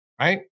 Right